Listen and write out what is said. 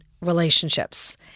relationships